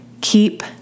keep